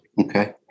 okay